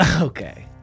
Okay